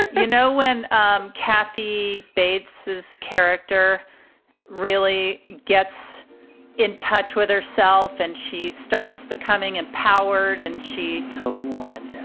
you know, when um kathy bates is character really gets in touch with herself and she starts becoming empowered and she towanda,